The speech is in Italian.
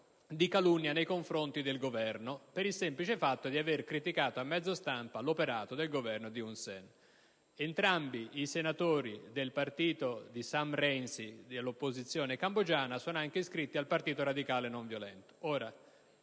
di calunnia nei confronti del Governo per il semplice fatto di aver criticato, a mezzo stampa, l'operato del Governo di Hun Sen. Entrambi i senatori del partito di Sam Rainsy, dell'opposizione cambogiana, sono anche iscritti al Partito radicale non violento.